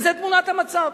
וזו תמונת המצב.